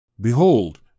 Behold